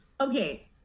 Okay